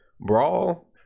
Brawl